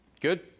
Good